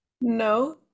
no